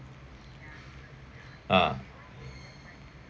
ah